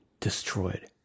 destroyed